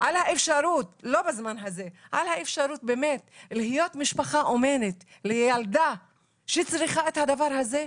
על האפשרות לא בזמן הזה להיות משפחה אומנת שצריכה את הדבר הזה.